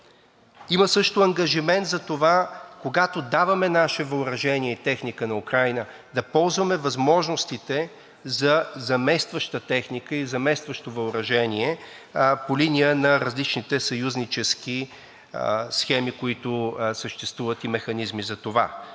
Има също ангажимент за това, когато даваме наше въоръжение и техника на Украйна, да ползваме възможностите за заместваща техника и заместващо въоръжение по линия на различните съюзнически схеми, които съществуват, и механизми за това.